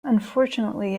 unfortunately